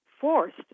forced